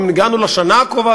אם הגענו לשנה הקרובה,